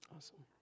Awesome